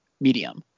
medium